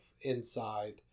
inside